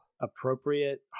Appropriate